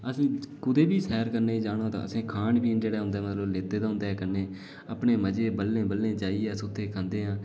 असें कुतै बी सैर करने गी जाना तां असें खान पीन जेह्ड़ा लैते दा होंदा उं'दे कन्नै अपने मज़े बल्लें बल्लें जाइयै ते खंदे आं